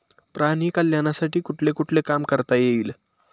प्राणी कल्याणासाठी कुठले कुठले काम करता येईल?